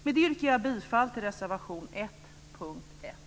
Med det yrkar jag bifall till reservation 1 under punkt 1.